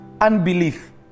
unbelief